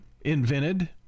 invented